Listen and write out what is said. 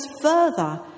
further